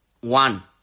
One